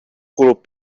kulub